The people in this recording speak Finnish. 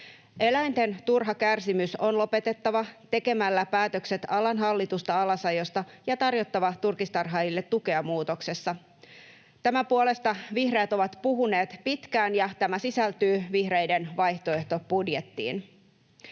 Eläinten turha kärsimys on lopetettava tekemällä päätökset alan hallitusta alasajosta ja tarjottava turkistarhaajille tukea muutoksessa. Tämän puolesta vihreät ovat puhuneet pitkään, ja tämä sisältyy vihreiden vaihtoehtobudjettiin.